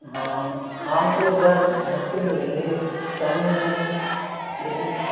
हाँ आम तो इस बार मुश्किल मिलेंगे कमी है लेकिन